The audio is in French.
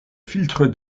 filtre